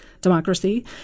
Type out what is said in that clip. democracy